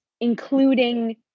including